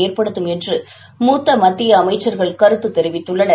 ஏற்படுத்தும் என்று மூத்த மத்திய அமைச்சர்கள் கருத்து தெரிவித்துள்ளனர்